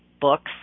Books